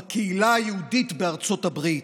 בקהילה היהודית בארצות הברית,